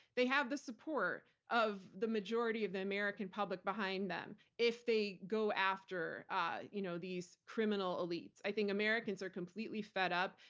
they have the support of the majority of the american public behind them if they go after ah you know these criminal elites. i think americans are completely fed up.